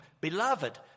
Beloved